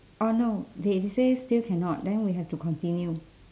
oh no they say still cannot then we have to continue